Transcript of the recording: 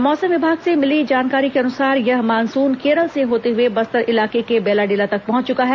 मौसम विभाग से मिली जानकारी के अनुसार यह मानसून केरल से होते हुए बस्तर इलाके के बैलाडीला तक पहुँच चूका है